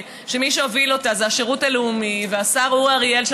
שמי שהוביל אותה זה השירות הלאומי והשר אורי אריאל,